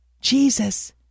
Jesus